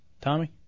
Tommy